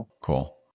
cool